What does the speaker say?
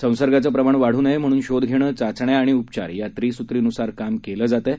संसर्गाचं प्रमाण वाढू नये म्हणून शोध घेणं चाचण्या आणि उपचार या त्रिसूत्रीन्सार काम केलं जात आहे